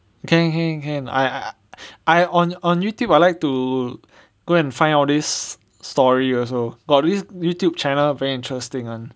can can can can can ah I I I on on Youtube I like to go and find all this story also got this Youtube channel very interesting [one]